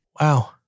Wow